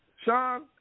Sean